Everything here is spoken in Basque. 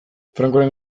francoren